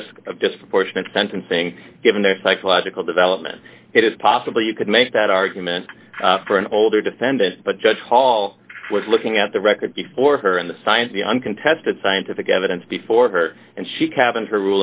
risk of just proportionate sentencing given their psychological development it is possible you could make that argument for an older defendant but judge hall was looking at the record before her in the science the uncontested scientific evidence before her and she kept her